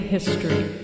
History